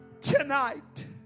tonight